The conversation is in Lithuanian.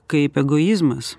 kaip egoizmas